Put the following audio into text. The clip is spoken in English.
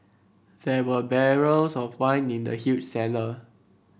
there were barrels of wine in the huge cellar